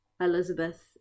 Elizabeth